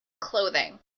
clothing